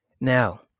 Now